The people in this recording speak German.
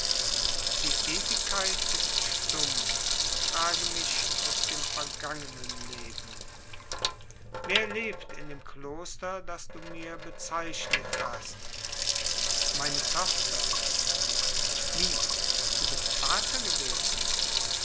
die ewigkeit ist stumm frage mich aus dem vergangnen leben wer lebt in dem kloster das du mir bezeichnet hast meine tochter wie du bist vater gewesen